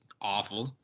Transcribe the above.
awful